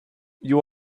you